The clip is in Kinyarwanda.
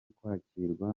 kwakirwa